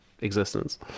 existence